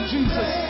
Jesus